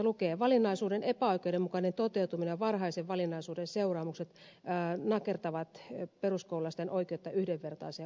valinnaisuuden epäoikeudenmukainen toteutuminen ja varhaisen valinnaisuuden seuraamukset nakertavat peruskoululaisten oikeutta yhdenvertaiseen opetukseen